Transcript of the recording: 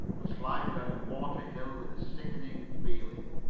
would slide down a watery hill with a sickening feeling,